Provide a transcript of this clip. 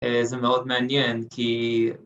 ‫זה מאוד מעניין כי...